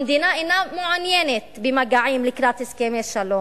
המדינה אינה מעוניינת במגעים לקראת הסכמי שלום,